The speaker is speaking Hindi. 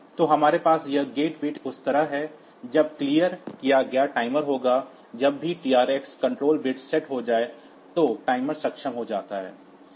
तो हमारे पास यह गेट बिट उस तरह है जब क्लियर किया गया टाइमर होगा जब भी TR x control bit set हो जाए तो टाइमर सक्षम हो जाता है